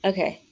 Okay